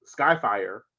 skyfire